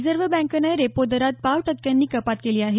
reserve बँकेनं repo दरात पाव टक्क्यानी कपात केली आहे